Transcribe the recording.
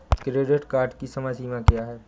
Credit card की समय सीमा क्या है?